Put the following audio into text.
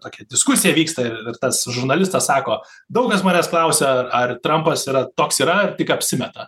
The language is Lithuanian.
tokia diskusija vyksta ir ir tas žurnalistas sako daug kas manęs klausia ar trampas yra toks yra ar tik apsimeta